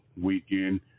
weekend